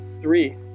three